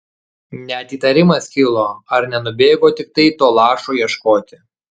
net įtarimas kilo ar nenubėgo tiktai to lašo ieškoti